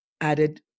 added